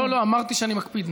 לא, אמרתי שאני מקפיד.